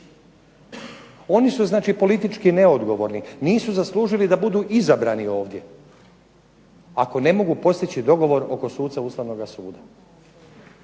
Oni su znači politički neodgovorni, nisu zaslužili da budu izabrani ovdje. Ako ne mogu postići dogovor oko suca Ustavnoga suda.